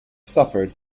suffered